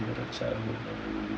favourite childhood memory